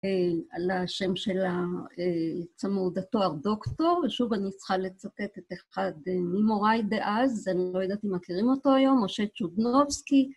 על השם של צמוד התואר דוקטור, ושוב, אני צריכה לצטט את אחד ממוריי דאז, אני לא יודעת אם מכירים אותו היום, משה צ'ודנרובסקי.